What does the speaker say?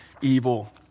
evil